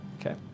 Okay